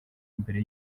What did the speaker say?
mbere